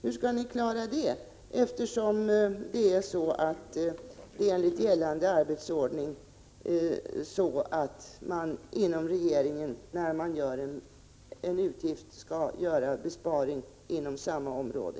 Hur skall ni klara den saken? Enligt gällande arbetsordning är det ju så, att regeringen skall täcka en utgift genom att göra besparingar inom samma område.